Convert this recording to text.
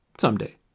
Someday